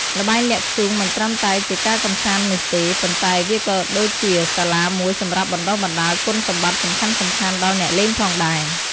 ល្បែងលាក់ធ្យូង មិនត្រឹមតែជាការកម្សាន្តនោះទេ ប៉ុន្តែវាក៏ដូចជាសាលាមួយសម្រាប់បណ្ដុះបណ្ដាលគុណសម្បត្តិសំខាន់ៗដល់អ្នកលេងផងដែរ។